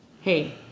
hey